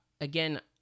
again